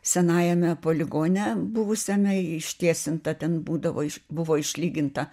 senajame poligone buvusiame ištiesinta ten būdavo buvo išlyginta